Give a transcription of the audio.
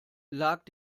lag